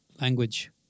language